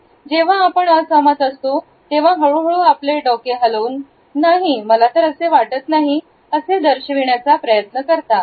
जेव्हा आपण असहमत असतो तेव्हा हळू हळू आपले डोके हलवून नाही मला असे वाटत नाही असे दर्शविण्याचा प्रयत्न करतो